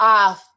off